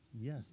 Yes